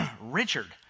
Richard